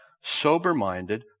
sober-minded